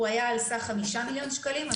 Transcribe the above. הוא היה על סך 5 מיליון שקלים.